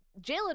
Jalen